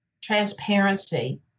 transparency